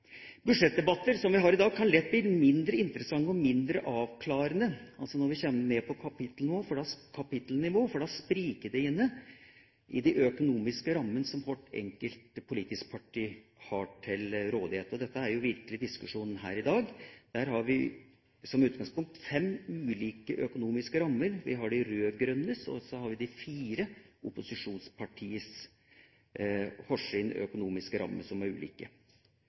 Budsjettdebatter, som vi har i dag, kan lett bli mindre interessante og mindre avklarende når vi kommer ned på kapittelnivå, for da spriker det gjerne i de økonomiske rammene som hvert enkelt politisk parti har til rådighet. Dette er jo virkelig situasjonen her i dag. I utgangspunktet har vi fem ulike økonomiske rammer. Vi har de rød-grønnes og hvert av de fire opposisjonspartienes ulike økonomiske rammer.